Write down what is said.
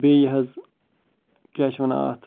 بیٚیہِ یہِ حظ کیٛاہ چھِ وَنان اَتھ